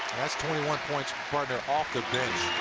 that's twenty one points off the bench.